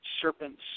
serpents